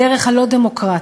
הדרך הלא-דמוקרטית,